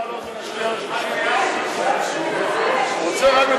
הוא יכול לעלות בין